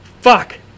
Fuck